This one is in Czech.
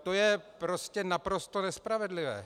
To je prostě naprosto nespravedlivé.